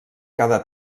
cada